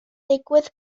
digwydd